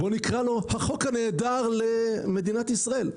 בוא נקרא לו: החוק הנהדר למדינת ישראל.